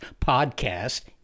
podcast